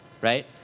right